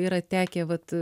yra tekę vat